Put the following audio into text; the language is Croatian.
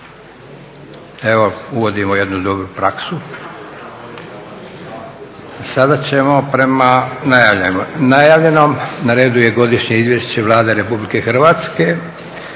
Evo uvodimo jednu dobru praksu. Sada ćemo prema najavljenom, na redu je: - Godišnje izvješće Vlade Republike Hrvatske;